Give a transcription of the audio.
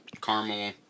caramel